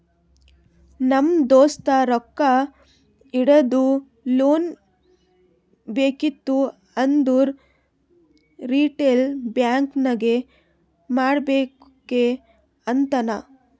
ನಮ್ ದೋಸ್ತ ರೊಕ್ಕಾ ಇಡದು, ಲೋನ್ ಬೇಕಿತ್ತು ಅಂದುರ್ ರಿಟೇಲ್ ಬ್ಯಾಂಕ್ ನಾಗೆ ಮಾಡ್ಬೇಕ್ ಅಂತಾನ್